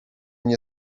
nie